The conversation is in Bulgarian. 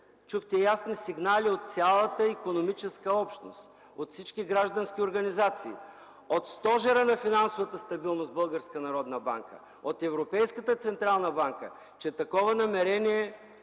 чухте ясни сигнали от цялата икономическа общност, от всички граждански организации, от стожера на финансовата стабилност – Българска народна банка, от Европейската централна банка, че такова намерение